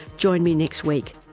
join me next week.